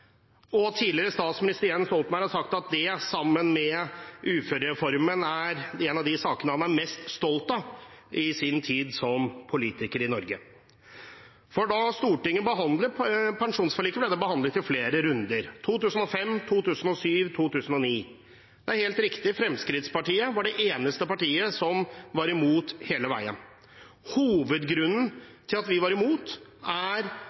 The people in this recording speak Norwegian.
og som tidligere statsminister Jens Stoltenberg har sagt er – sammen med uførereformen – en av de sakene han er mest stolt av i sin tid som politiker i Norge. Da Stortinget behandlet pensjonsforliket, ble det behandlet i flere runder – i 2005, 2007 og 2009. Det er helt riktig at Fremskrittspartiet var det eneste partiet som var imot, hele veien. Hovedgrunnen til at vi var imot, er